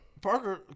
Parker